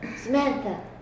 Samantha